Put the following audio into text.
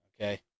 okay